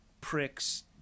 pricks